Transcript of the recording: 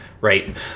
Right